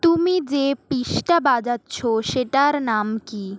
তুমি যে পিসটা বাজাচ্ছো সেটার নাম কী